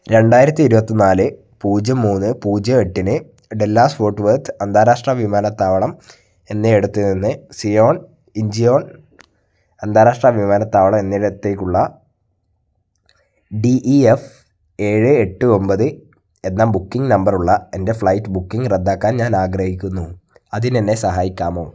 രണ്ടായിരത്തി ഇരുപത്തി നാല് പൂജ്യം മൂന്ന് പൂജ്യം എട്ടിന് ഡെല്ലാസ് ഫോർട്ട് വെർത്ത് അന്താരാഷ്ട്ര വിമാനത്താവളം എന്ന ഇടത്തു നിന്ന് സിയോൾ ഇഞ്ചിയോൺ അന്താരാഷ്ട്ര വിമാനത്താവളം എന്നയിടത്തേക്കുള്ള ഡി ഇ എഫ് ഏഴ് എട്ട് ഒമ്പത് എന്ന ബുക്കിംഗ് നമ്പറുള്ള എൻ്റെ ഫ്ലൈറ്റ് ബുക്കിംഗ് റദ്ദാക്കാൻ ഞാൻ ആഗ്രഹിക്കുന്നു അതിന് എന്നെ സഹായിക്കാമോ